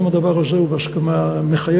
אם הדבר הזה הוא בהסכמה מחייבת,